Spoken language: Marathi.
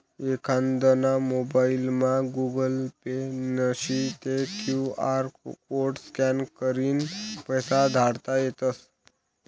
एखांदाना मोबाइलमा गुगल पे नशी ते क्यु आर कोड स्कॅन करीन पैसा धाडता येतस